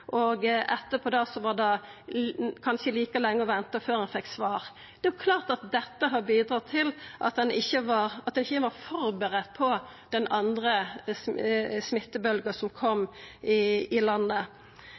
og etterpå var det kanskje like lenge å venta før ein fekk svar. Det er klart at dette har bidratt til at ein ikkje var førebudd på den andre smittebølgja som kom i landet.